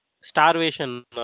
starvation